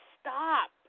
stop